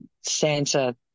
Santa